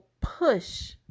push